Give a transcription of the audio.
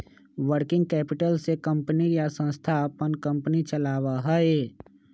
working capital से company या संस्था अपन कंपनी चलावा हई